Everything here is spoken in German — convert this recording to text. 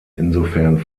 insofern